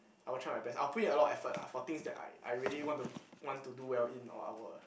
I will try my best I will put in a lot effort lah for things that I I really want to want to do well in or I will